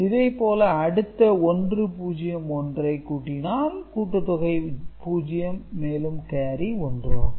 இதைப்போல அடுத்து 101 ஐ கூட்டினால் கூட்டுத்தொகை 0 மேலும் கேரி 1 ஆகும்